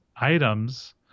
items